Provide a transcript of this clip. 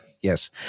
yes